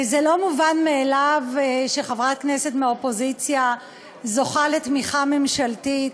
זה לא מובן מאליו שחברת כנסת מהאופוזיציה זוכה לתמיכה ממשלתית,